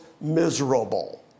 miserable